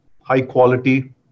high-quality